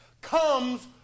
comes